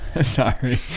sorry